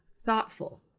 thoughtful